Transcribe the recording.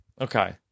Okay